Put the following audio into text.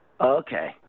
Okay